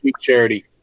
charity